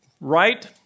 right